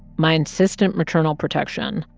my insistent maternal protection,